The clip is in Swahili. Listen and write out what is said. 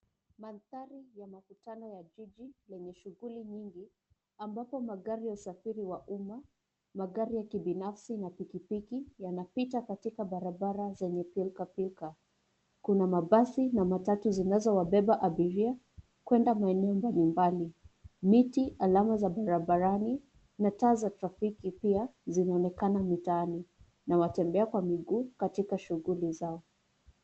Mandhari ya makutano ya jiji lenye shughuli nyingi ambapo magari ya usafiri wa umma, magari ya kibinafsi na piki piki, yanapita katika barabara zenye pilka pilka. Kuna mabasi na matatu zinazowabeba abiria kwenda maeneo mbali mbali. Miti, alama za barabarani, na taa za trafiki pia zinaonekana mitaani na watembea miguu katika shughuli zao.